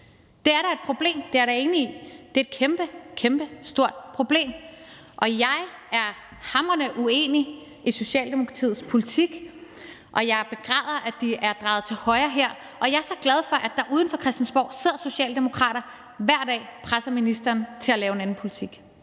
Det er da et problem. Det er jeg da enig i. Det er et kæmpekæmpestort problem. Jeg er hamrende uenig i Socialdemokratiets politik, og jeg begræder, at de er drejet til højre her. Jeg er så glad for, at der uden for Christiansborg sidder socialdemokrater, der hver dag presser ministeren til at lave en anden politik.